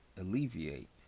alleviate